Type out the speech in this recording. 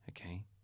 okay